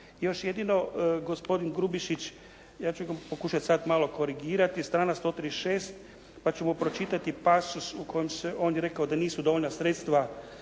Još jedino gospodin Grubišić, ja ću ga pokušati sad malo korigirati. Strana 136 pa ću mu pročitati pasus u kojem se, on je rekao da nisu dovoljna sredstva